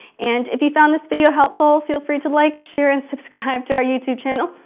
and if you found this video helpful, feel free to like, share and subscribe to our youtube channel,